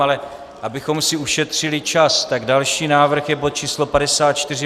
Ale abychom si ušetřili čas, tak další návrh je bod číslo 54.